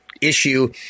issue